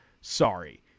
Sorry